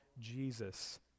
jesus